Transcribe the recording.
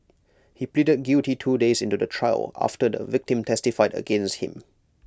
he pleaded guilty two days into the trial after the victim testified against him